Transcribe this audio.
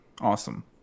Awesome